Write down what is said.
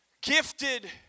Gifted